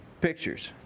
pictures